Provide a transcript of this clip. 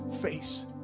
face